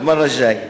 אל-מרה אל-ג'איה.